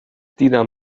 دیدم